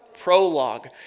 prologue